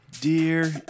Dear